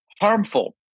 harmful